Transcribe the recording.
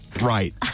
Right